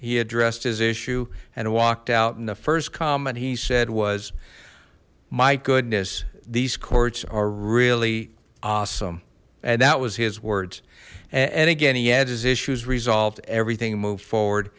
he addressed his issue and walked out in the first comment he said was my goodness these courts are really awesome and that was his words and again he had his issues resolved everything moved forward